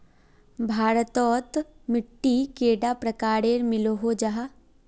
भारत तोत मिट्टी कैडा प्रकारेर मिलोहो जाहा?